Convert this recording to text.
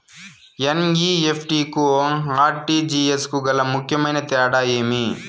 NEFT కు RTGS కు గల ముఖ్యమైన తేడా ఏమి?